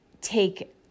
take